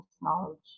knowledge